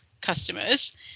customers